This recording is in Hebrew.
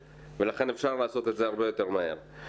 ולכן אפשר לעשות את זה הרבה יותר מהר.